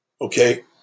Okay